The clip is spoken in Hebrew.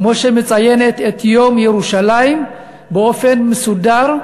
כמו שהיא מציינת את יום ירושלים באופן מסודר,